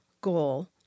goal